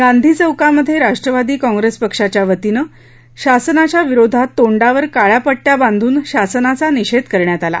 गांधी चौकामध्ये राष्ट्रवादी कॉंप्रेस पक्षाच्या वतीने शासनाच्या विरोधात तोंडावर काळ्या पट्टया बांधून शासनाचा निषेध करण्यात आला